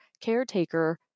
caretaker